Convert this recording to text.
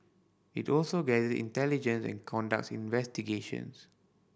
it also gather intelligence and conducts investigations